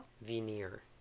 veneer